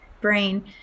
brain